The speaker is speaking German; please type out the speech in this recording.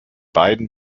beiden